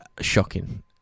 Shocking